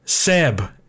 Seb